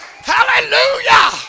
Hallelujah